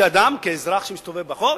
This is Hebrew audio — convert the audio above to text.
כאדם, כאזרח שמסתובב ברחוב.